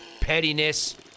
pettiness